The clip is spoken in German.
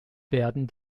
werden